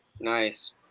nice